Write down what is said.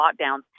lockdowns